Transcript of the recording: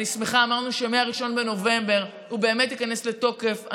אמרנו שמ-1 בנובמבר הוא ייכנס לתוקף,